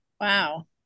Wow